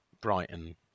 Brighton